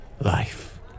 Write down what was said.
life